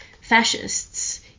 fascists